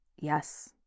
Yes